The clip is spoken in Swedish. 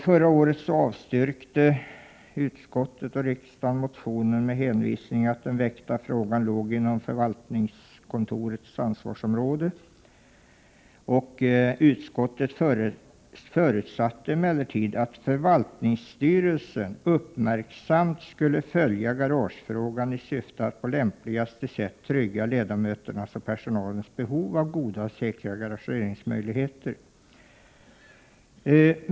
Förra året avstyrkte utskottet motionen, och riksdagen avslog den, med hänvisning till att den aktuella frågan låg inom förvaltningskontorets ansvarsområde. Utskottet förutsatte emellertid ”att förvaltningsstyrelsen uppmärksamt skulle följa garagefrågan i syfte att på lämpligaste sätt trygga ledamöternas och personalens behov av goda och säkra garageringsmöjligheter”.